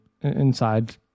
inside